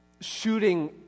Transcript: shooting